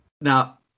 Now